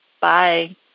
Bye